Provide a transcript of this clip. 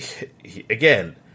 again